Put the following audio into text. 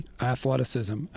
athleticism